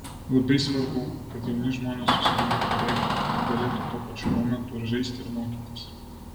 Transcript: labai svarbu kad jauni žmonės susidomėtų regbiu ir galėtų tuo pačiu momentu ir žaisti ir mokytis